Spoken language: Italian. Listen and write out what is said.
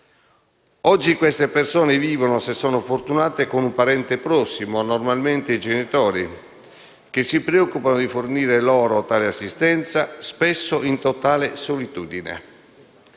Oggi queste persone vivono, se sono fortunate, con un parente prossimo (normalmente i genitori) che si preoccupa di fornire loro tale assistenza, spesso in totale solitudine.